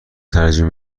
ترجیح